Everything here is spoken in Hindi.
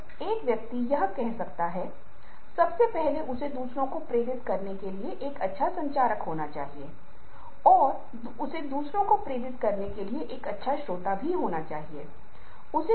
क्योंकि आप देखते हैं कि हम अपने शरीर और मन में जो महसूस कर रहे हैं वह कुछ ऐसा है जिसे हम प्रदर्शित नहीं करना चाहते हैं जिसे हम छिपाने की कोशिश कर रहे हैं और जब हम ऐसा करते हैं तो शरीर एक विशेष तरीके से व्यवहार करता है